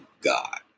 God